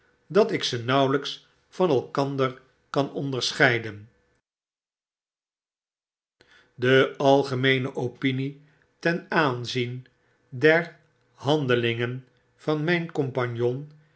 dat ik ze nauwelijks van elkander kan onder scheiden de algemeene opinie ten aanzien der handelingen van mijn